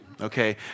okay